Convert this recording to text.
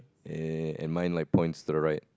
eh and mine like points to the right